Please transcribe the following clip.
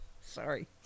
Sorry